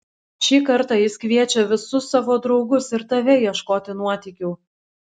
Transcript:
šį kartą jis kviečia visus savo draugus ir tave ieškoti nuotykių